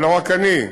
אבל לא רק אני: